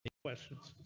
questions.